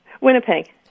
Winnipeg